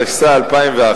התשס"א 2001,